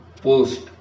post